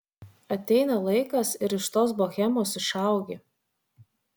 ateina laikas ir iš tos bohemos išaugi